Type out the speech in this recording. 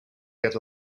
get